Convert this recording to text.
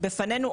בפנינו,